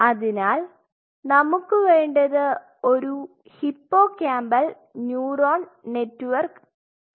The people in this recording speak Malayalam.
അതിനാൽ നമുക്ക് വേണ്ടത് ഒരു ഹിപ്പോകാമ്പൽ ന്യൂറോണൽ നെറ്റ്വർക്ക് ആണ്